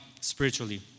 spiritually